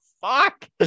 fuck